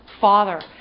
Father